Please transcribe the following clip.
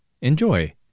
Enjoy